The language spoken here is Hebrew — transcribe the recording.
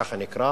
כך זה נקרא,